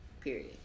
Period